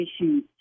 issues